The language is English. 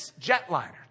jetliner